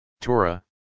Torah